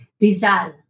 Rizal